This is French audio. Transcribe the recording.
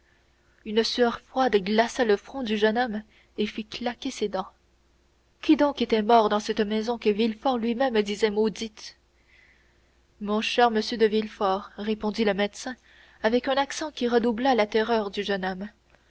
une sueur froide glaça le front du jeune homme et fit claquer ses dents qui donc était mort dans cette maison que villefort lui-même disait maudite mon cher monsieur de villefort répondit le médecin avec un accent qui redoubla la terreur du jeune homme